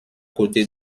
côté